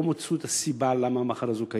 לא מצאו את הסיבה למה המחלה הזאת קיימת,